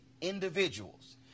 individuals